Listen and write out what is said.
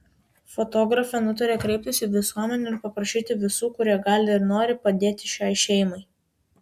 fotografė nutarė kreiptis į visuomenę ir paprašyti visų kurie gali ir nori padėti šiai šeimai